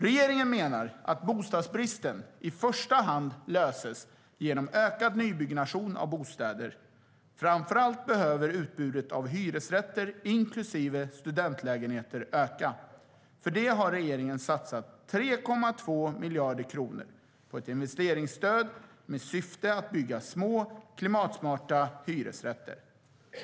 Regeringen menar att bostadsbristen i första hand löses genom ökad nybyggnation av bostäder. Framför allt behöver utbudet av hyresrätter, inklusive studentlägenheter, öka. Därför har regeringen satsat 3,2 miljarder kronor på ett investeringsstöd med syfte att bygga små, klimatsmarta hyresrätter.